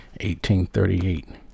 1838